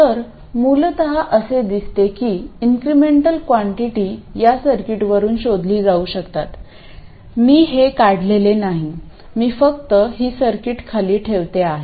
तर मूलतः असे दिसते की इन्क्रिमेंटल कॉन्टिटी या सर्किटवरुन शोधली जाऊ शकतात मी हे काढलेले नाही मी फक्त ही सर्किट खाली ठेवत आहे